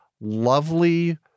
lovely